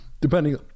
depending